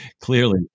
clearly